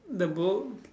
the book